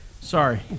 Sorry